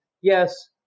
yes